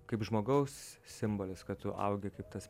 kaip žmogaus simbolis kad tu augi kaip tas